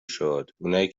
شد، اونایی